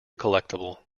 collectible